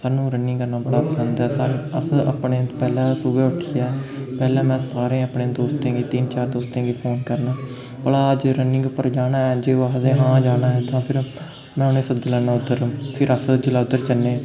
सानूं रन्निंग करना बड़ा पसंद ऐ सानूं अस अपने पैह्लें सुबह उट्ठियै पैह्लें में सारे अपने दोस्तें गी तिन्न चार यार दोस्तें गी फोन करनां भला अज्ज रन्निंग उप्पर जाना ऐ जे ओह् आखदे हां जाना ऐ तां फिर में उ'नें गी सद्दी लैन्नां उद्धर फिर अस जेल्लै उद्धर जन्नें